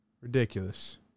ridiculous